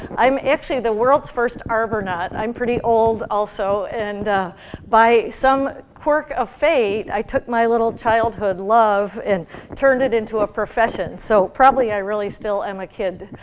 i'm actually the world's first arbornaut. i'm pretty old also, and by some quirk of fate, i took my little childhood love and turned it into a profession. so, probably, i really still am a kid.